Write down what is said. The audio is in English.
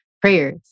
prayers